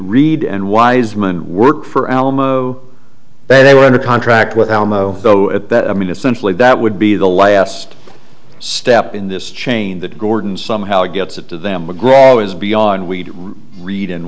read and wiseman worked for elmo but they were under contract with alamo though at that i mean essentially that would be the last step in this chain that gordon somehow gets it to them mcgraw is beyond we read and